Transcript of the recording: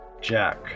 Jack